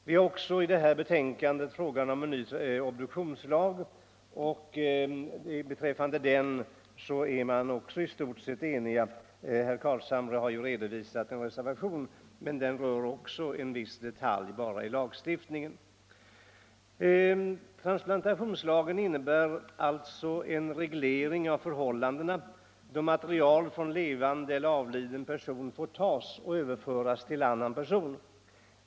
Vi har också i betänkandet behandlat frågan om en ny obduktionslag. Även i det avseendet är vi i stort sett eniga. Herr Carlshamre har nyss redovisat en reservation, men också den avser endast en speciell detalj i lagstiftningen. Transplantationslagen innebär alltså en reglering av de förhållanden som skall gälla då material från levande eller avliden person får tas och överföras till annan person.